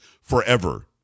forever